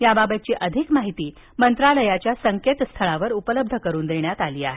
याबाबतची अधिक माहिती मंत्रालयाच्या संकेतस्थळावर उपलब्ध करून देण्यात आली आहे